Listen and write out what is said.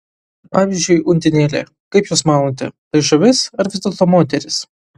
pavyzdžiui undinėlė kaip jūs manote tai žuvis ar vis dėlto moteris